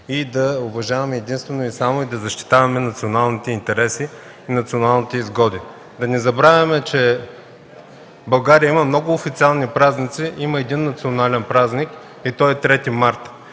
българофили и единствено да уважаваме и да защитаваме националните интереси и националните изгоди. Да не забравяме, че България има много официални празници и има един национален – това е Трети март.